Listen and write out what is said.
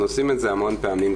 אנחנו עושים את זה המון פעמים,